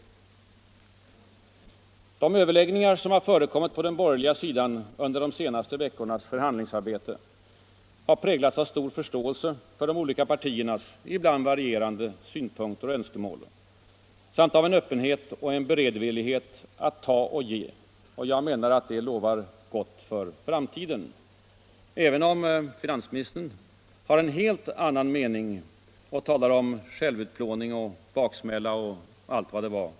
De överläggningar som har förekommit på den borgerliga sidan under de senaste veckornas förhandlingsarbete har präglats av stor förståelse för de olika parternas — ibland varierande — synpunkter och önskemål samt av en öppenhet och en beredvillighet att ta och ge. Det lovar gott för framtiden, menar jag, även om finansministern har en helt annan mening och talar om självutplåning, baksmälla och allt vad det var.